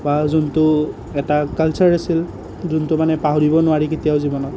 বা যোনটো এটা কালচাৰ আছিল যোনটো মানে পাহৰিব নোৱাৰি কেতিয়াও জীৱনত